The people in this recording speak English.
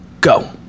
go